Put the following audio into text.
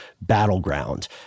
battleground